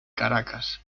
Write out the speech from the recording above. caracas